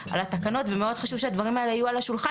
צפוי בור גדול מאוד של רופאים בישראל.